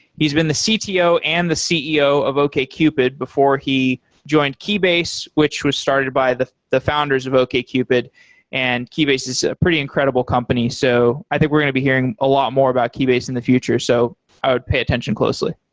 he's been the cto and the ceo of okcupid before he joined keybase, which was started by the the founders of okcupid and keybase is a pretty incredible company. so i think we're going to be hearing a lot more about keybase in the future, so i would pay attention closely